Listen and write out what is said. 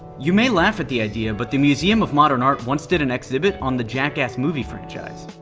you may laugh at the idea but the museum of modern art once did an exhibit on the jackass movie franchise.